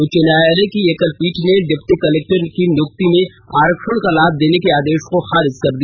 उच्च न्यायालय की एकल पीठ ने डिप्टी कलेक्टर की नियुक्ति में आरक्षण का लाभ देने के आदेश को खारिज कर दिया